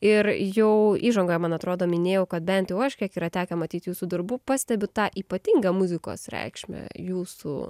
ir jau įžangoje man atrodo minėjau kad bent jau aš kiek yra tekę matyt jūsų darbų pastebiu tą ypatingą muzikos reikšmę jūsų